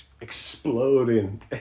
exploding